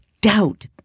Doubt